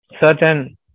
certain